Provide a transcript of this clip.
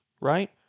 right